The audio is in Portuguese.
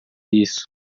isso